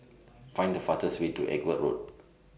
Find The fastest Way to Edgware Road